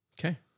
okay